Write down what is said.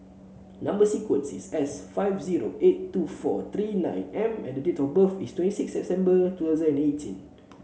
number sequence is S five zero eight two four three nine M and the date of birth is twenty six September